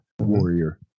warrior